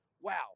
wow